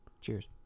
Cheers